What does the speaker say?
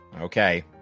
Okay